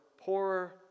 poorer